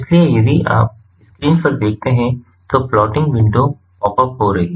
इसलिए यदि आप स्क्रीन पर देखते हैं तो प्लॉटिंग विंडो पॉप अप हो जाती है